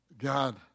God